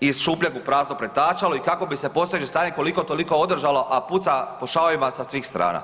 iz šupljeg u prazno pretačalo i tako bi se postojeće stanje koliko toliko održalo a puca po šavovima sa svih strana.